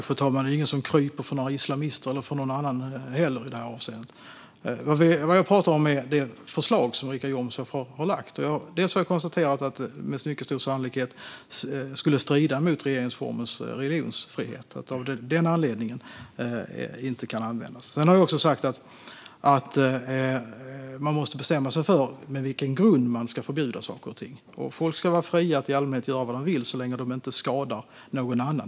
Fru talman! Det är ingen som kryper för några islamister eller för någon annan heller i det här avseendet. Det jag talar om är det förslag som Richard Jomshof har lagt fram. Jag konstaterar att det med mycket stor sannolikhet skulle strida mot religionsfriheten i regeringsformen och att det av den anledningen inte kan användas. Jag har också sagt att man måste bestämma sig för på vilken grund man ska förbjuda saker och ting. Folk ska i allmänhet vara fria att göra vad de vill, så länge de inte skadar någon annan.